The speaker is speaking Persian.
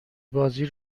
بازی